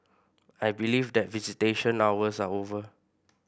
I believe that visitation hours are over